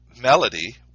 Melody